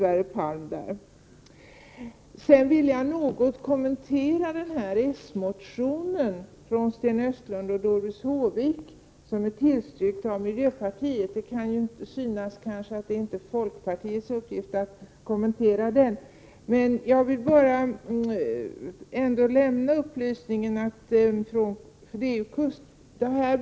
Jag vill också något kommentera den socialdemokratiska motionen från Sten Östlund och Doris Håvik om att förhandlingar skall upptas mellan Sverige och Norge om att den nuvarande gemensamma kontrollzonen utefter riksgränsen skall förlängas till att omfatta även sjögränsen. Detta har även miljöpartiet ställt sig bakom. Det kan kanske synas som att det inte är folkpartiets uppgift att kommentera detta.